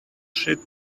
she